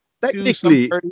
technically